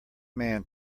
man